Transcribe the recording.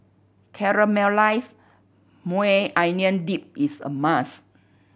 Caramelized Maui Onion Dip is a must try